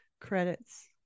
credits